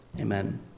Amen